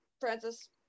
Francis